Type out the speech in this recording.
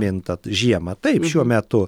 minta žiemą taip šiuo metu